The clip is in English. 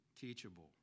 teachable